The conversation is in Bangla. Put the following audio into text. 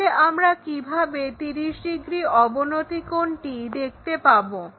তাহলে আমরা কিভাবে 30° অবনতি কোণটি দেখতে পাবো